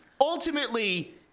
Ultimately